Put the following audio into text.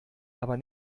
aber